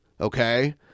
Okay